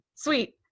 Sweet